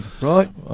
Right